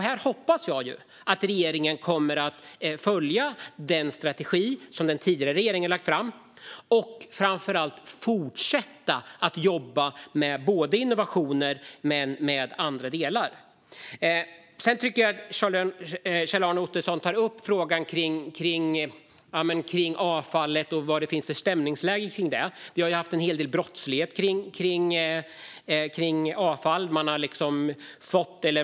Här hoppas jag att regeringen kommer att följa den strategi som den tidigare regeringen har lagt fram och framför allt fortsätta att jobba med både innovationer och andra delar. Kjell-Arne Ottosson tar upp frågan om avfallet. Det har funnits en del brottslighet i fråga om avfall.